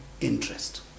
interest